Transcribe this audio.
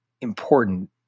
important